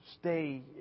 stay